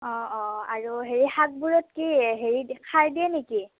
অঁ অঁ আৰু হেৰি শাকবোৰত কি হেৰি সাৰ দিয়ে নেকি